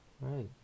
Right